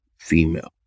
female